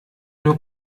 nur